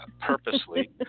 Purposely